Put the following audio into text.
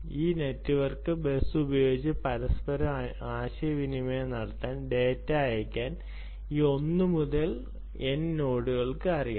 ഈ network bus ഉപയോഗിച്ച് പരസ്പരം ആശയവിനിമയം നടത്താൻ ഡാറ്റ അയയ്ക്കാൻ ഈ 1 മുതൽ n നോഡുകൾക്ക് അറിയാം